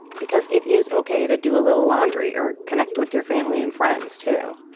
because it is ok to do a little laundry or connect with your family and friends, too.